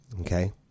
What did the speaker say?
Okay